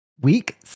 Week